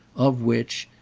of which,